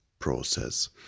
process